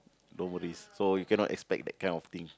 nobody's so you cannot expect that kind of thing